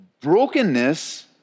brokenness